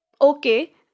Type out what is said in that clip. okay